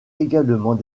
également